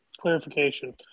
Clarification